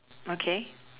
okay